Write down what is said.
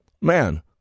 man